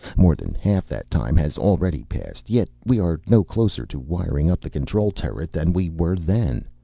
more than half that time has already passed. yet, we are no closer to wiring up the control turret than we were then.